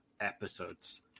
episodes